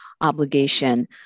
obligation